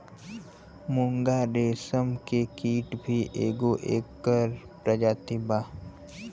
मूंगा रेशम के कीट भी एगो एकर प्रजाति बा